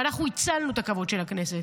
על כך שאנחנו הצלנו את הכבוד של הכנסת,